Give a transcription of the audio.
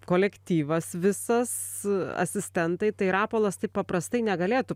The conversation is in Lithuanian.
kolektyvas visas asistentai tai rapolas taip paprastai negalėtų